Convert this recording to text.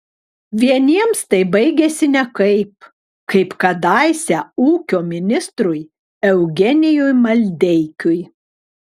vieniems tai baigiasi nekaip kaip kadaise ūkio ministrui eugenijui maldeikiui